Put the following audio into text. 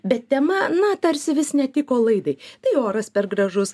bet tema na tarsi vis netiko laidai tai oras per gražus